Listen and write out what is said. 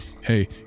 Hey